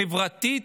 חברתית,